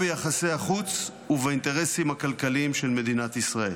ביחסי החוץ ובאינטרסים כלכליים של מדינת ישראל".